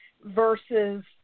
versus